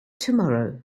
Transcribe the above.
tomorrow